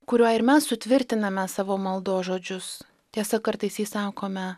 kuriuo ir mes sutvirtiname savo maldos žodžius tiesa kartais jį sakome